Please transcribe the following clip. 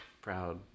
proud